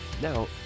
Now